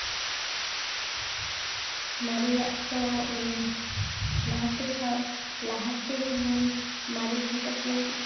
ᱢᱟᱨᱮᱭᱟᱜ ᱛᱚ ᱞᱟᱦᱟᱛᱮ ᱥᱟᱶ ᱞᱟᱦᱟᱛᱮ ᱡᱮᱢᱚᱱ ᱢᱟᱨᱮ ᱯᱷᱚᱴᱳ ᱠᱚ